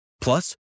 Plus